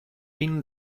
been